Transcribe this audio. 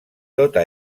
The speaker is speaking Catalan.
tota